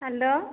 hello